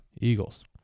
Eagles